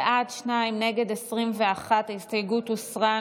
בעד, שניים, נגד, 21. ההסתייגות הוסרה.